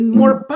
more